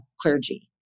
clergy